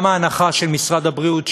גם ההנחה של משרד הבריאות,